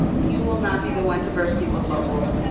you will not be the one to burst people's bubble.